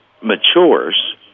matures